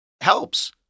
helps